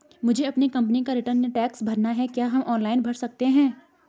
मुझे अपनी कंपनी का रिटर्न या टैक्स भरना है क्या हम ऑनलाइन भर सकते हैं?